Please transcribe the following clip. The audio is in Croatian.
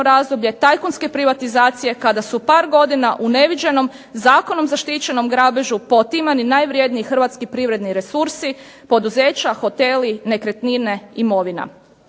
razdoblje tajkunske privatizacije kada su par godina u neviđenom zakonom zaštićenom grabežu pootimani najvredniji hrvatski privredni resursi, poduzeća, hoteli, nekretnine, imovina.